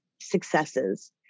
successes